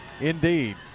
Indeed